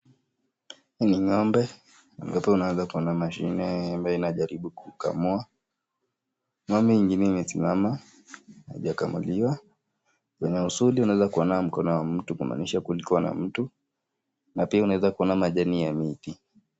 Huyu ni ng'ombe, na pia unaeza kuona mashine ambayo inajaribu kukamua.Ng'ombe ingine imesimama haijakamuliwa, na husudi unaweza kuona mkona wa mtu kumaanisha kulikua na mtu, na pia unaweza kuona majani ya miti.